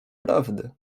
prawdy